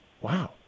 Wow